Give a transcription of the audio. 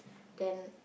then